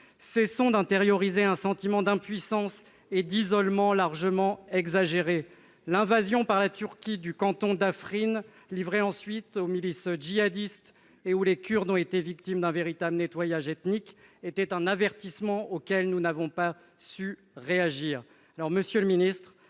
Cessons d'intérioriser un sentiment d'impuissance et d'isolement largement exagéré. L'invasion par la Turquie du canton d'Afrin, livré ensuite aux milices djihadistes et où les Kurdes ont été victimes d'un véritable nettoyage ethnique, était un avertissement auquel nous n'avons pas su réagir.